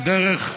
ברוך השם.